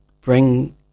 bring